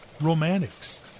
romantics